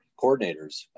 coordinators